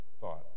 thought